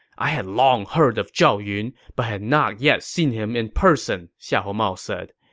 i had long heard of zhao yun, but had not yet seen him in person, xiahou mao said.